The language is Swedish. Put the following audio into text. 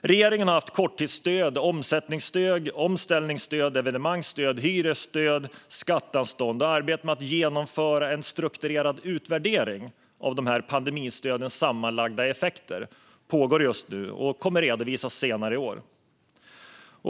Regeringen har haft korttidsstöd, omsättningsstöd, omställningsstöd, evenemangsstöd, hyresstöd och skatteanstånd. Arbetet med att genomföra en strukturerad utvärdering av de sammanlagda effekterna av dessa pandemistöd pågår just nu och kommer att redovisas senare i år.